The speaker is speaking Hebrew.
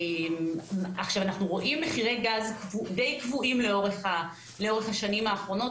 אנחנו רואים מחירי גז די קבועים לאורך השנים האחרונות,